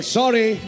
sorry